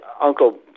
uncle